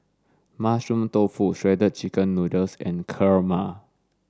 mushroom tofu shredded chicken noodles and Kurma